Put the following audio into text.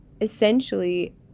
essentially